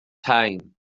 teim